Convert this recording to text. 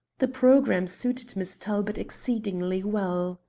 the programme suited miss talbot exceedingly well.